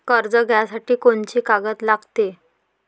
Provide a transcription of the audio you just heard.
कर्ज घ्यासाठी कोनची कागद लागते?